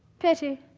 pity.